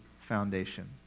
foundation